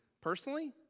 personally